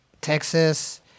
Texas